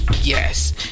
yes